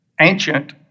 ancient